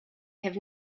have